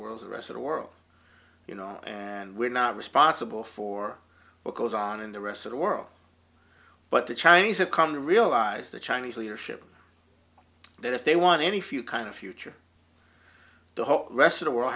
world's the rest of the world you know and we're not responsible for what goes on in the rest of the world but the chinese economy realize the chinese leadership that if they want any few kind of future the whole rest of the world